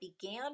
began